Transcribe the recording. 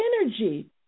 energy